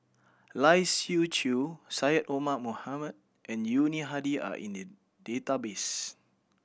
Lai Siu Chiu Syed Omar Mohamed and Yuni Hadi are in the database